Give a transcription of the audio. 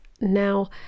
Now